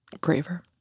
braver